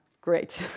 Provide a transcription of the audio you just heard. great